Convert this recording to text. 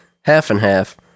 half-and-half